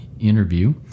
interview